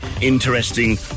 interesting